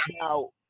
Now